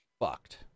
fucked